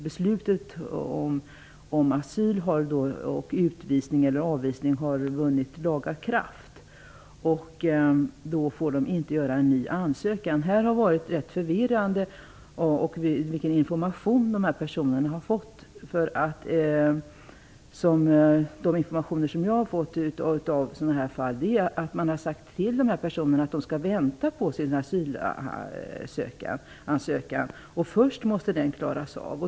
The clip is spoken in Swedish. Beslutet om asyl och utvisning eller avvisning har vunnit laga kraft, och då får de inte göra en ny ansökan. Här har rått en viss förvirring om vilken information de här personerna har fått. De informationer som jag har fått om sådana här fall är att man har sagt till dessa personer att de skall vänta på sin asylansökan. Först måste den klaras av.